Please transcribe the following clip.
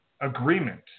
agreement